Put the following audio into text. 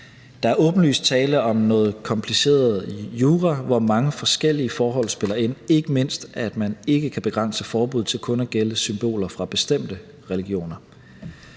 Der er åbenlyst tale om noget kompliceret jura, hvor mange forskellige forhold spiller ind, ikke mindst at man ikke kan begrænse forbuddet til kun at gælde symboler fra bestemte religioner.